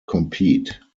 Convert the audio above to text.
compete